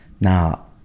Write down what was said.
now